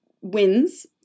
wins